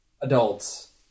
adults